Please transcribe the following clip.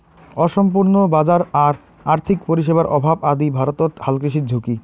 অসম্পূর্ণ বাজার আর আর্থিক পরিষেবার অভাব আদি ভারতত হালকৃষির ঝুঁকি